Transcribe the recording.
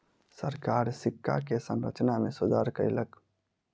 सरकार सिक्का के संरचना में सुधार कयलक